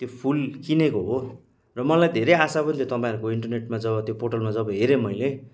त्यो फुल किनेको हो र मलाई धेरै आशा पनि थियो तपाईँहरूको इन्टरनेटमा जब त्यो पोर्टलमा जब हेरेँ मैले